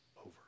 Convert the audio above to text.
over